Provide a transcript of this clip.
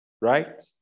right